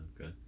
Okay